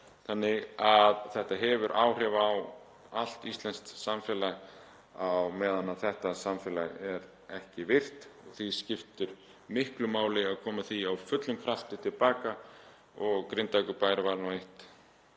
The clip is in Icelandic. þannig að þetta hefur áhrif á allt íslenskt samfélag á meðan þetta samfélag er ekki virkt. Því skiptir miklu máli að koma því á fullum krafti til baka. Grindavíkurbær var eitt